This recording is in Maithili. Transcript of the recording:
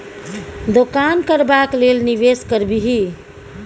दोकान करबाक लेल निवेश करबिही